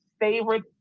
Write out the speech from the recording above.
favorite